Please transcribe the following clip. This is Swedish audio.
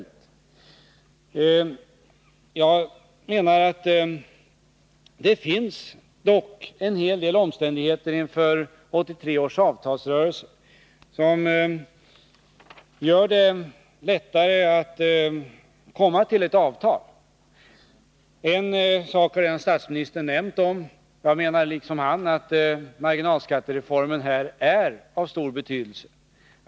Beträffande 1983 års avtalsrörelse menar jag att det dock finns en hel del omständigheter som gör det lättare att komma fram till ett avtal. En sak har statsministern redan nämnt. Jag anser liksom han att marginalskattereformen här är av stor betydelse.